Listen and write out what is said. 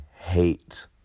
hate